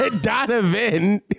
Donovan